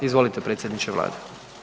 Izvolite predsjedniče Vlade.